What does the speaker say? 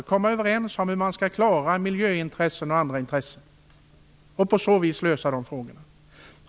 Man kan komma överens om hur man skall klara miljöintressen och andra intressen. På så vis kan man lösa dessa frågor.